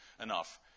enough